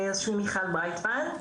שמי מיכל ברייטמן,